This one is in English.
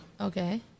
Okay